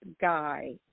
guy